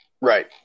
Right